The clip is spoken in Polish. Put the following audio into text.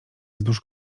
wzdłuż